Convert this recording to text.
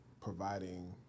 providing